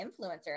influencer